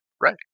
Right